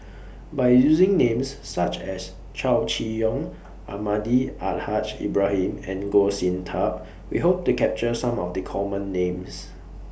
By using Names such as Chow Chee Yong Almahdi Al Haj Ibrahim and Goh Sin Tub We Hope to capture Some of The Common Names